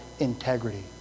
integrity